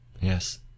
Yes